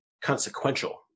consequential